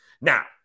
Now